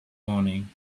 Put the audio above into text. morning